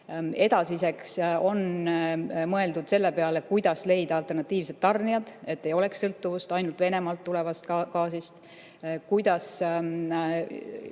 Edasiseks on mõeldud selle peale, kuidas leida alternatiivsed tarnijad, et ei oleks sõltuvust ainult Venemaalt tulevast gaasist, ja kuidas